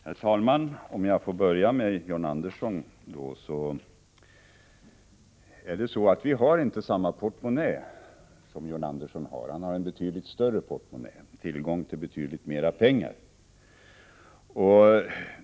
Herr talman! För att börja med att kommentera John Anderssons inlägg vill jag säga att vi inte har en likadan portmonnä som John Andersson har. Han har en mycket större portmonnä och tillgång till betydligt mera pengar.